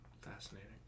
fascinating